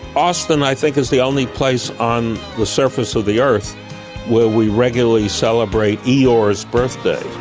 austin i think is the only place on the surface of the earth where we regularly celebrate eeyore's birthday.